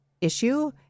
issue